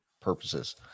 purposes